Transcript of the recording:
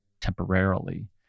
temporarily